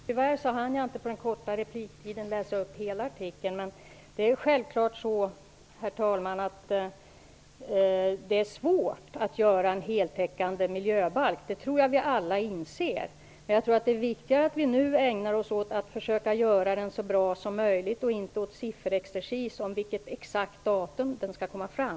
Herr talman! Tyvärr hann jag inte läsa upp hela artikeln på den kort repliktiden. Men det är självklart att det är svårt att åstadkomma en heltäckande miljöbalk, det tror jag att vi alla inser. Men det är viktigare att vi nu ägnar oss åt att försöka att göra den så bra som möjligt och inte åt sifferexcersis om vilket exakt datum som den skall vara klar.